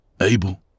Abel